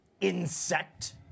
insect